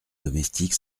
domestique